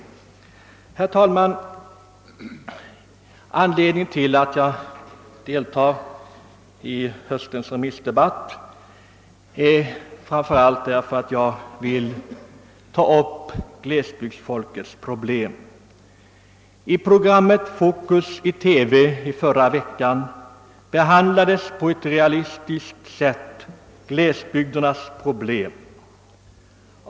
Herr talman! Anledningen till att jag deltar i höstens remissdebatt är framför allt att jag vill ta upp glesbygdsfolkets problem. I programmet Fokus i TV förra veckan behandlades på ett realistiskt sätt glesbygdernas problem.